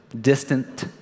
distant